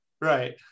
Right